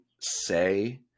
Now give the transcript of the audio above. say